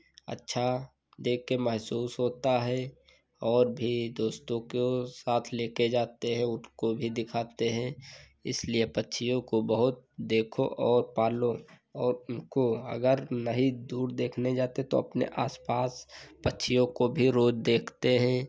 अच्छा देखकर महसूस होता है और भी दोस्तों को साथ लेकर जाते हैं उनको भी दिखाते हैं इसलिए पक्षियों को बहुत देखो और पालो और उनको अगर नहीं दूर देखने जाते तो अपने आसपास पक्षियों को भी रोज देखते हैं